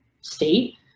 state